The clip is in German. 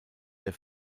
der